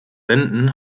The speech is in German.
wänden